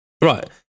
Right